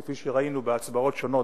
כפי שראינו בהצבעות שונות,